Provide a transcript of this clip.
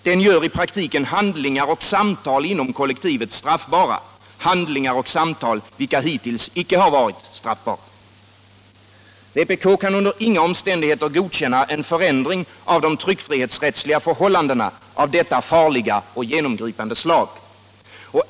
Den gör i praktiken handlingar och samtal inom kollektivet straffbara — handlingar och samtal vilka hittills icke har varit straffbara. Vpk kan under inga omständigheter godkänna en förändring av de tryckfrihetsrättsliga förhållandena av detta farliga och genompripande slag.